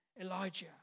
Elijah